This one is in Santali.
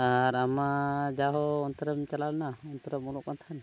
ᱟᱨ ᱟᱢᱢᱟ ᱡᱟᱦᱚ ᱚᱱᱛᱮᱨᱮᱢ ᱪᱟᱞᱟᱣ ᱞᱮᱱᱟ ᱚᱱᱛᱮᱨᱮᱢ ᱚᱞᱚᱜ ᱠᱟᱱ ᱛᱟᱦᱮᱱᱟ